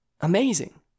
amazing